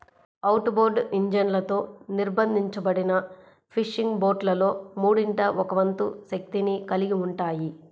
outboard ఇంజన్లతో నిర్బంధించబడిన fishing బోట్లలో మూడింట ఒక వంతు శక్తిని కలిగి ఉంటాయి